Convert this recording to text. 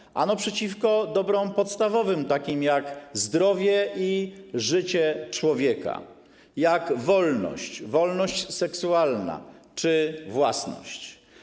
Ano te popełniane przeciwko dobrom podstawowym, takim jak zdrowie i życie człowieka, jak wolność, wolność seksualna czy własność.